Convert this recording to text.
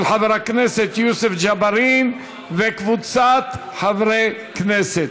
של חבר הכנסת יוסף ג'בארין וקבוצת חברי הכנסת.